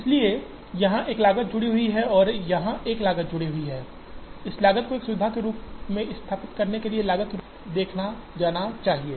इसलिए यहां एक लागत जुड़ी हुई है और यहां एक लागत जुड़ी हुई है इस लागत को एक सुविधा स्थापित करने की लागत के रूप में देखा जाना चाहिए